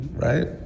Right